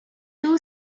two